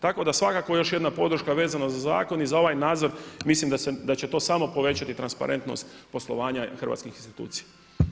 Tako da svakako još jedna podrška vezana za zakon i za ovaj nadzor mislim da će to samo povećati transparentnost poslovanja hrvatskih institucija.